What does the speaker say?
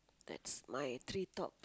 that's my three top